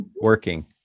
working